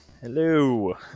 Hello